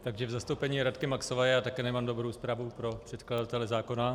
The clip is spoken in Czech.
Takže v zastoupení Radky Maxové já také nemám dobrou zprávu pro předkladatele zákona.